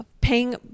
paying